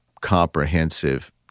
comprehensive